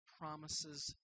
promises